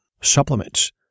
supplements